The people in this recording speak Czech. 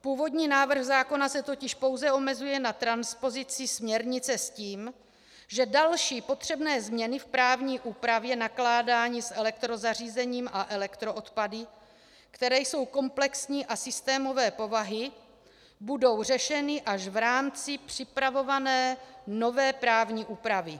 Původní návrh zákona se totiž pouze omezuje na transpozici směrnice, s tím, že další potřebné změny v právní úpravě nakládání s elektrozařízením a elektroodpady, které jsou komplexní a systémové povahy, budou řešeny až v rámci připravované nové právní úpravy.